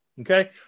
okay